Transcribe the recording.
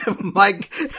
Mike